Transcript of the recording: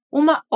uma